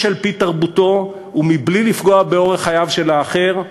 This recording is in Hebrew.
איש על-פי תרבותו ובלי לפגוע באורח חייו של האחר,